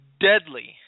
deadly